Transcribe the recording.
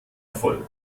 erfolg